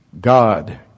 God